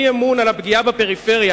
הצעתם אי-אמון על הפגיעה בפריפריה,